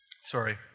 Sorry